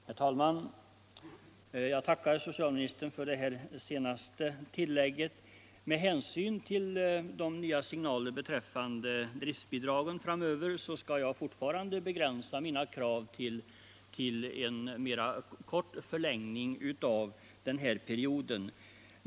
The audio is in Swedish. Herr talman! Jag tackar socialministern för det senaste tillägget. Med hänsyn till de nya signalerna beträffande driftbidraget framöver skall jag fortfarande begränsa mina krav till en kortare förlängning av den period det här gäller.